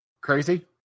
Crazy